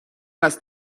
است